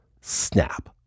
snap